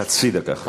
חצי דקה.